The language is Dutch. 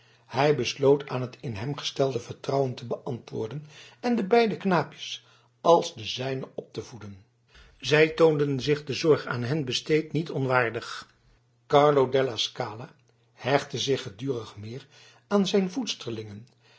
hij besloot aan het in hem gestelde vertrouwen te beantwoorden en de beide knaapjes als de zijne op te voeden zij toonden zich de zorg aan hen besteed niet onwaardig carlo della scala hechtte zich gedurig meer aan zijn voedsterlingen